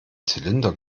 zylinder